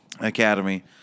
Academy